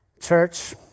Church